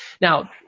Now